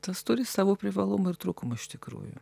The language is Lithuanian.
tas turi savų privalumų ir trūkumų iš tikrųjų